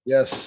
Yes